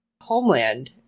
Homeland